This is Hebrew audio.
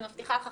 אני מבטיחה לך,